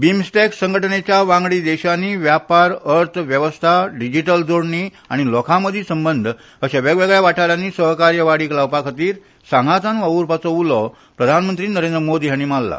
बिमस्टॅक संघटनेच्या वांगडी देशांनी व्यापार अर्थ वेवस्था डिजीटल जोडणी आनी लोकामदी संबंद अशा वेगवेगळ्या वाठारांनी सहकार्य वाडीक लावपाखातीर सांगातान वावुरपाचो उलो प्रधानमंत्री नरेंद्र मोदी हाणी मारल्ला